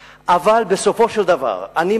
אבל בסופו של דבר אני מבין אותו